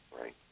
Right